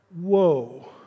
Whoa